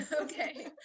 Okay